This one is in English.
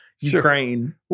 Ukraine